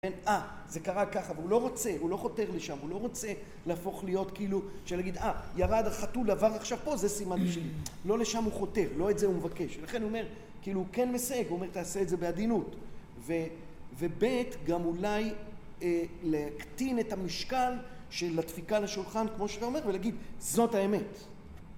אה, זה קרה ככה, והוא לא רוצה, הוא לא חותר לשם, הוא לא רוצה להפוך להיות כאילו, שלהגיד אה, ירד החתול עבר עכשיו פה, זה סימן משלי. לא לשם הוא חותר, לא את זה הוא מבקש. ולכן הוא אומר, כאילו, הוא כן מסייג, הוא אומר, תעשה את זה בעדינות. וב' גם אולי, להקטין את המשקל של הדפיקה לשולחן, כמו שאתה אומר, ולהגיד, זאת האמת.